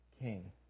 king